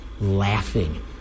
laughing